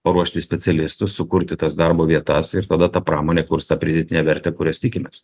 paruošti specialistus sukurti tas darbo vietas ir tada ta pramonė kurs tą pridėtinę vertę kurias tikimės